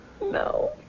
No